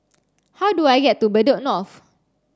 how do I get to Bedok North